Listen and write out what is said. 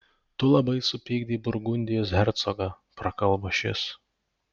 tu labai supykdei burgundijos hercogą prakalbo šis